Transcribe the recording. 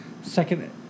Second